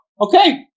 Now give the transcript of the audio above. okay